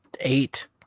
eight